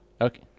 Okay